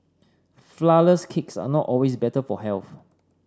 flourless cakes are not always better for health